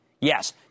Yes